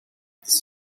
this